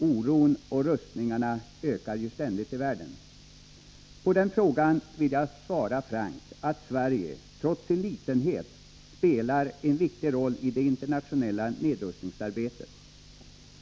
Oron och rustningarna ökar ju ständigt i världen!” På den frågan vill jag svara frankt att Sverige, trots sin litenhet, spelar en viktig roll i det internationella nedrustningsarbetet.